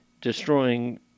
destroying